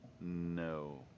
No